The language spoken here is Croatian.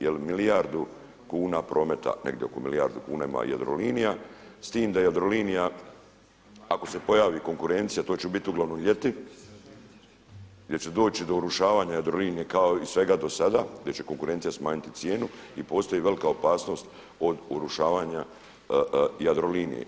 Jel' milijardu kuna prometa, negdje oko milijardu kuna ima Jadrolinija s tim da Jadrolinija ako se pojavi konkurencija to će bit uglavnom ljeti, gdje će doći do urušavanja Jadrolinije kao i svega do sada gdje će konkurencija smanjiti cijenu i postoji velika opasnost od urušavanja Jadrolinije.